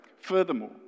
Furthermore